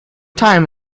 time